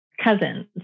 cousins